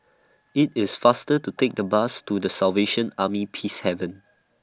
IT IS faster to Take The Bus to The Salvation Army Peacehaven